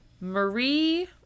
Marie